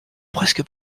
presque